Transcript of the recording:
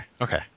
okay